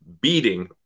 beating